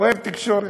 אוהב תקשורת.